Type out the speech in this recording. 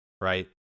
right